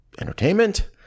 entertainment